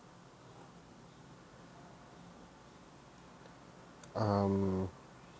um